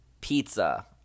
pizza